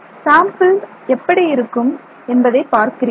sample எப்படி இருக்கும் என்பதை பார்க்கிறீர்கள்